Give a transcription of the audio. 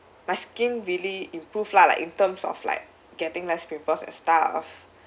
my skin really improve lah like in terms of like getting less pimples and stuff